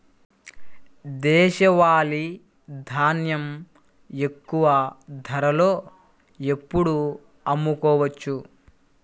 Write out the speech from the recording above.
దేశవాలి ధాన్యం ఎక్కువ ధరలో ఎప్పుడు అమ్ముకోవచ్చు?